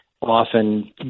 often